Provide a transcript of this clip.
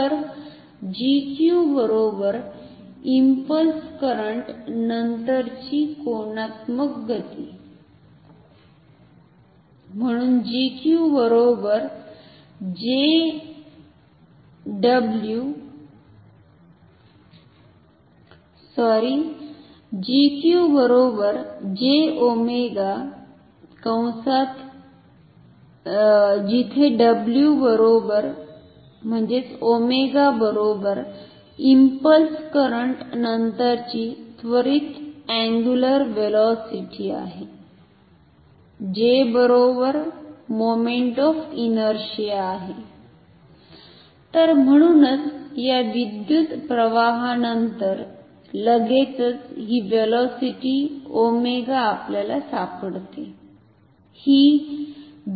तर GQ impulse current नंतरची कोनात्मक गती J w जिथे डब्ल्यू इंपल्स करंट नंतरची त्वरित angular velocity J moment of inertia तर म्हणूनच या विद्युत् प्रवाहानंतर लगेचच हि व्हेलॉसिटी ओमेगा आपल्याला सापडते हि आहे